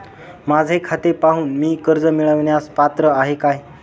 माझे खाते पाहून मी कर्ज मिळवण्यास पात्र आहे काय?